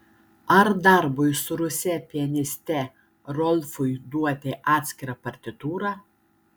ar darbui su ruse pianiste rolfui duoti atskirą partitūrą